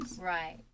Right